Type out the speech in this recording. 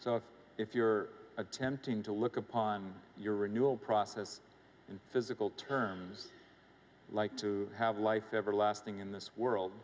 so if you're attempting to look upon your renewal process in physical terms like to have life everlasting in this world